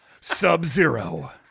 Sub-Zero